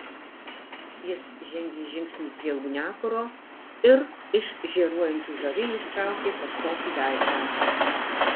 jis žengė žingsnį prie ugniakuro ir iš žėruojančių žarijų ištraukė kažkokį daiktą